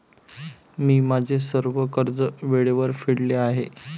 मी माझे सर्व कर्ज वेळेवर फेडले आहे